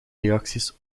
reacties